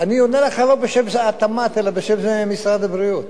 אני עונה לא בשם התמ"ת אלא בשם משרד הבריאות.